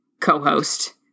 co-host